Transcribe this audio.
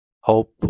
hope